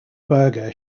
berger